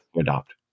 adopt